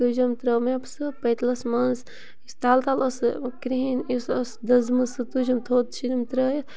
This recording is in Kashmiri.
تُجِم ترٛٲو مےٚ سُہ پٔتلَس منٛز یُس تَل تَل ٲس سُہ کِرٛہِنۍ یُس ٲس دٔزمٕژ سُہ تُجِم تھوٚد ژھٕنِم ترٛٲیِتھ